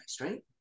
right